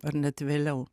ar net vėliau